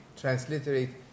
transliterate